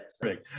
Great